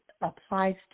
applies